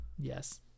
Yes